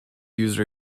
user